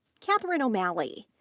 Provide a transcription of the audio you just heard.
katherine o'malley,